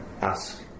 ask